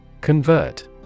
Convert